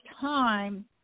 time